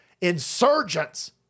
insurgents